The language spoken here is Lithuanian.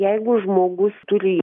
jeigu žmogus turi